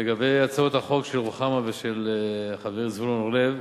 ולגבי הצעות החוק של רוחמה ושל חברי זבולון אורלב,